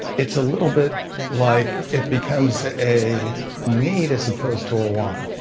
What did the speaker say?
it's a little bit like it becomes a need as opposed to a want.